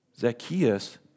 Zacchaeus